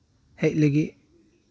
ᱦᱮᱡ ᱞᱟᱹᱜᱤᱫ